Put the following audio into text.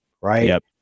right